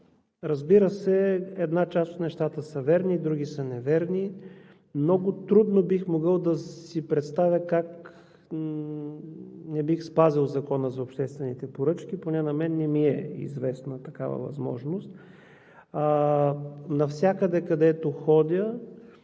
Разбира се, една част от нещата са верни, други са неверни. Много трудно бих могъл да си представя как не бих спазил Закона за обществените поръчки. Поне на мен не ми е известна такава възможност. Навсякъде, където ходя,